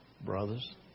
brothers